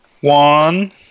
One